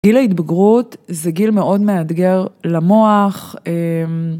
גיל ההתבגרות זה גיל מאוד מאתגר למוח.